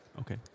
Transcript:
okay